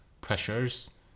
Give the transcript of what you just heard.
pressures